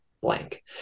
blank